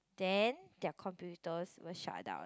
then their computers will shut down